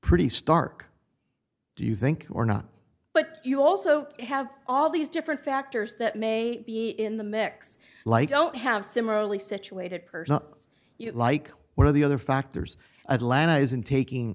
pretty stark do you think or not but you also have all these different factors that may be in the mix like i don't have similarly situated person is it like one of the other factors atlanta is in taking